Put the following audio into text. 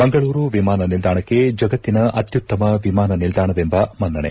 ಮಂಗಳೂರು ವಿಮಾನ ನಿಲ್ದಾಣಕ್ಕೆ ಜಗತ್ತಿನ ಅತ್ಯುತ್ತಮ ವಿಮಾನ ನಿಲ್ದಾಣವೆಂಬ ಮನ್ನಣೆ